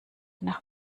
nach